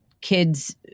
kids